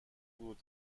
بود